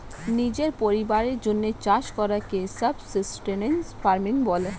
নিজের পরিবারের জন্যে চাষ করাকে সাবসিস্টেন্স ফার্মিং বলে